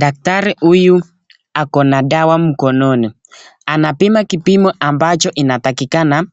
Daktari huyu ako na dawa mkononi. Anapima kipimo ambacho inatakikana